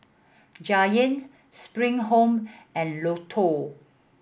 Giant Spring Home and Lotto